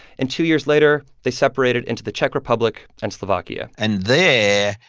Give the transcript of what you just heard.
and two years later, they separated into the czech republic and slovakia and there,